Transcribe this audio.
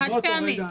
חד פעמית.